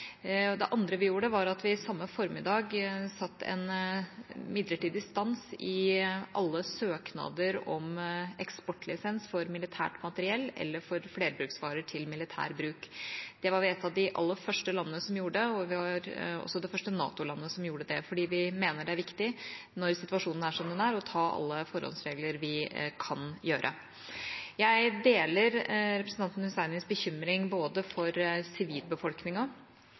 Samme formiddag stanset vi midlertidig alle søknader om eksportlisens for militært materiell eller flerbruksvarer til militært bruk. Det var vi et av de aller første landene som gjorde, og vi var også det første NATO-landet som gjorde det, fordi vi mener det er viktig når situasjonen er som den er, å ta alle de forholdsregler vi kan. Jeg deler representanten Hussainis bekymring både for